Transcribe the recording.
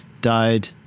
died